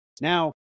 now